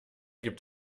gibt